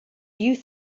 you